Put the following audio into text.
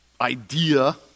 idea